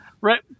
right